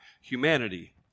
humanity